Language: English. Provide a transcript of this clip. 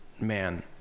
man